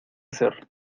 ser